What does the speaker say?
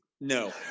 No